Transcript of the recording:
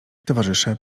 towarzysze